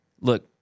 Look